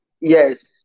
Yes